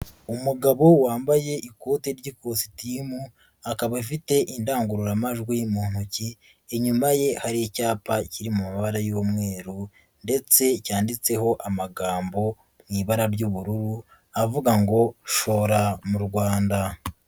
Umugabo wambaye ikote ry'ikositimu akaba afite indangururamajwi mu ntoki, inyuma ye hari icyapa kiri mu mabara y'umweru ndetse cyanditseho amagambo mu ibara ry'ubururu avuga ngo shora mu Rwanda.